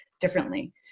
differently